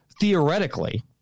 theoretically –